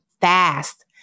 fast